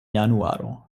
januaro